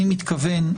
אני מתכוון,